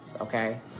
Okay